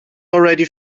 already